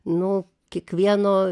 nu kiekvieno